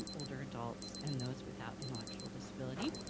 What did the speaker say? um older adults and those without intellectual disability.